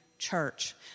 Church